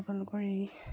আপোনালোকৰ এই